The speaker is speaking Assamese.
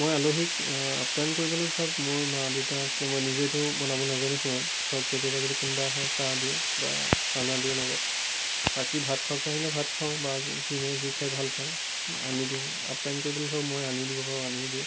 মই আলহীক আপ্যায়ন কৰিবলৈ ধৰক মোৰ মা দেউতা আছে মই নিজেটো বনাব নাজানো সিমান ধৰক কেতিয়াবা যদি কোনোবা আহে চাহ দিওঁ বা চানা দিওঁ লগত বাকী ভাত খোৱাকৈ আহিলে ভাত খুৱাওঁ বা যিয়ে যি খাই ভাল পায় আনি দিওঁ আপ্যায়ন কৰিবলৈ ধৰক মই আনি দিব পাৰোঁ আনিয়েই দিওঁ